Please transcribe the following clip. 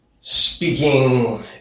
speaking